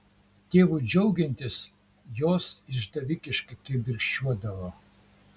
tėvui džiaugiantis jos išdavikiškai kibirkščiuodavo